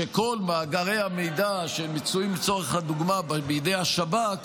שכל מאגרי המידע שמצויים לצורך הדוגמה בידי השב"כ